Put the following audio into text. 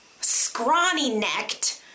scrawny-necked